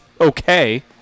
okay